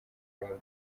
ururimi